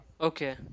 Okay